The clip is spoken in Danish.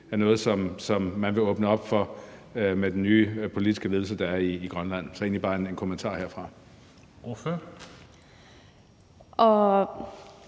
er noget, som man vil åbne op for med den nye politiske ledelse, der er i Grønland. Så det var egentlig bare en kommentar herfra. Kl. 20:54